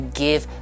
give